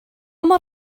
mor